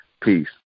Peace